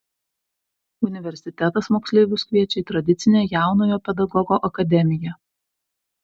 universitetas moksleivius kviečia į tradicinę jaunojo pedagogo akademiją